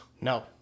No